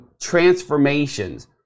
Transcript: transformations